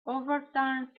overturned